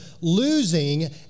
losing